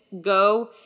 go